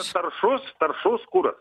taršos taršos kuras